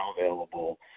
available